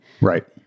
right